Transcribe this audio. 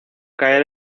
caer